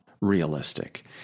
realistic